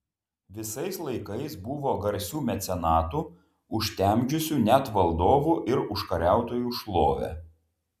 visais laikais buvo garsių mecenatų užtemdžiusių net valdovų ir užkariautojų šlovę